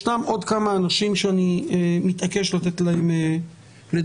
יש עוד כמה אנשים שאני מתעקש לתת להם לדבר.